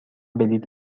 بلیط